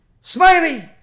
smiley